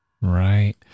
Right